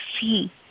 see